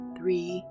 three